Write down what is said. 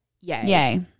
Yay